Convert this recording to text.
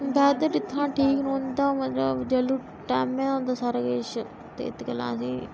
उत्थुआं ठीक रौंह्दा मतलब जेल्लू टैमे दे होंदा सारे किश ते इत्त गल्लां